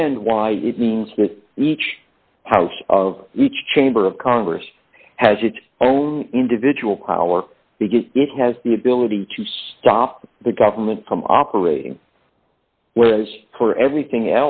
and why it means that each house of each chamber of congress has its own individual coward because it has the ability to stop the government from operating whereas for everything